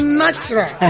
natural